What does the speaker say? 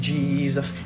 Jesus